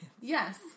Yes